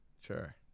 Sure